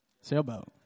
Sailboat